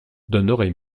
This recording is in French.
donnerait